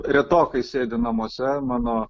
retokai sėdi namuose mano